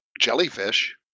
jellyfish